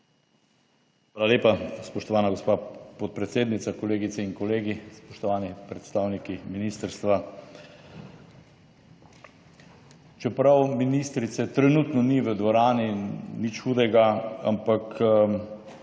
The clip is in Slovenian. Hvala lepa, spoštovana gospa podpredsednica. Kolegice in kolegi, spoštovani predstavniki ministrstva! Čeprav ministrice trenutno ni v dvorani, nič hudega, ampak